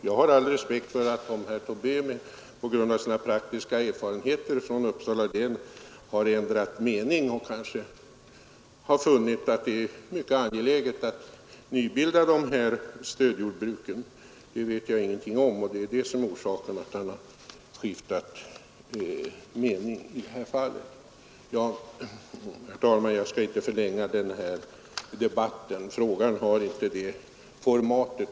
Jag har all respekt för om herr Tobé på grund av sina praktiska erfarenheter inom Uppsala län har ändrat mening och kanske har funnit att det är mycket angeläget att nybilda sådana här stödjordbruk. Det vet jag ingenting om, men det kan ju vara en orsak till att han skiftat mening. Herr talman! Jag skall inte förlänga debatten. Frågan har inte det formatet.